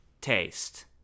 taste